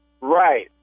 Right